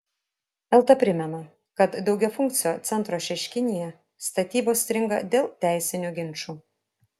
elta primena kad daugiafunkcio centro šeškinėje statybos stringa dėl teisinių ginčų